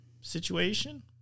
situation